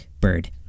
Bird